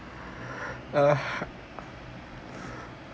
uh